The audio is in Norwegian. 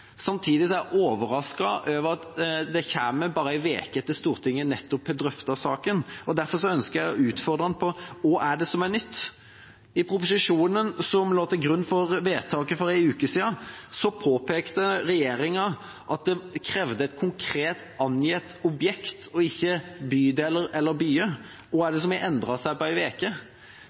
Samtidig er jeg overrasket over at den kommer bare en uke etter at Stortinget drøftet saken. Derfor ønsker jeg å utfordre ham på: Hva er det som er nytt? I proposisjonen som lå til grunn for vedtaket for en uke siden, påpekte regjeringa at det krevdes et konkret angitt objekt – og ikke bydeler eller byer. Hva er det som har endret seg på